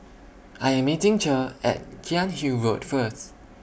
I Am meeting Cher At Cairnhill Road First